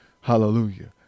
Hallelujah